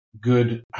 good